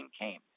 came